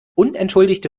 unentschuldigte